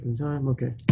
okay